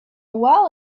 while